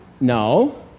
no